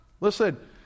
Listen